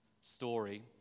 story